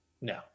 No